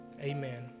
Amen